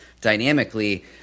dynamically